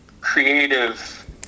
creative